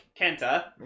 Kenta